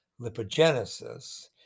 lipogenesis